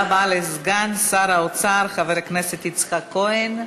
לסגן שר האוצר חבר הכנסת יצחק כהן.